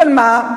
אבל מה?